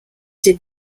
did